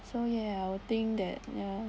so yeah I'll think that yeah